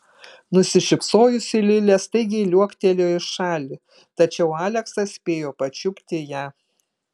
nusišypsojusi lilė staigiai liuoktelėjo į šalį tačiau aleksas spėjo pačiupti ją